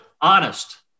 honest